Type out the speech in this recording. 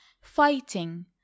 fighting